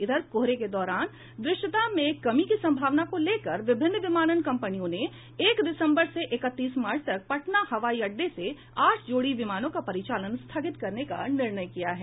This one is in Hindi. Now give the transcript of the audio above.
इधर कोहरे के दौरान दृश्यता में कमी की संभावना को लेकर विभिन्न विमानन कंपनियों ने एक दिसम्बर से एकतीस मार्च तक पटना हवाई अड़डे से आठ जोड़ी विमानों का परिचालन स्थगित करने का निर्णय किया है